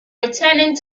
returning